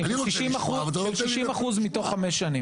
הוא לא חייב לעזוב את הארץ.